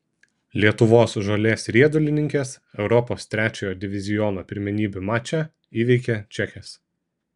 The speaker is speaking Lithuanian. lietuvos žolės riedulininkės europos trečiojo diviziono pirmenybių mače įveikė čekes